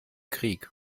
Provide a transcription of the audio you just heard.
krieg